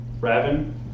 Raven